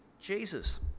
Jesus